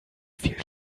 viel